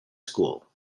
school